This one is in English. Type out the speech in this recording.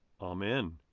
Amen